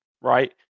right